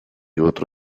otro